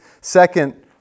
second